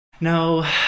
No